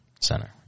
Center